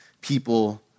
people